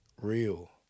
real